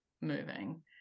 moving